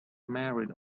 married